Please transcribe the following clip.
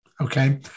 Okay